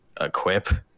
equip